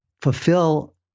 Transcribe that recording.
fulfill